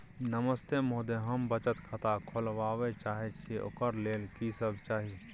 नमस्ते महोदय, हम बचत खाता खोलवाबै चाहे छिये, ओकर लेल की सब चाही?